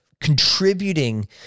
contributing